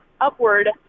upward